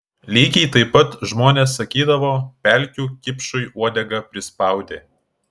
lygiai taip pat žmonės sakydavo pelkių kipšui uodegą prispaudė